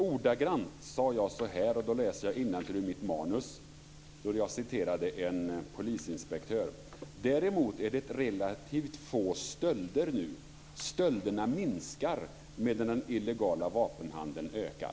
Ordagrant sade jag i mitt anförande då jag citerade en polisinspektör: "Däremot är det relativt få stölder nu. Stölderna minskar, medan den illegala vapenhandeln ökar."